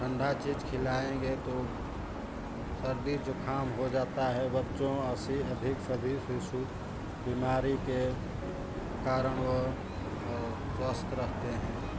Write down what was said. ठंडा चीज खिलाएंगे तो सर्दी जुकाम हो जाता है बच्चों आसि अधिक से अधिक शिशु बीमारी के कारण वह स्वस्थ रहते हैं